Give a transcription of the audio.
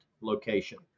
location